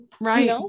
Right